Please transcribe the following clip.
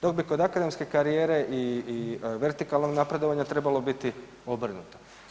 Dok bi kod akademske karijere i vertikalnog napredovanja trebalo biti obrnuto.